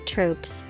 Troops